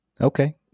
Okay